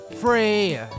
free